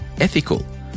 ethical